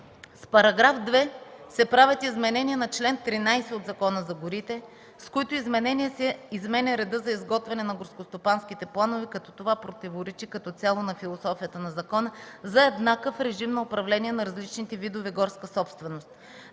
В § 2 се правят изменения на чл. 13 от Закона за горите, с които изменения се изменя реда за изготвяне на горскостопанските планове като това противоречи като цяло на философията на закона за еднакъв режим на управление на различните видове горска собственост.